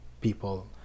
people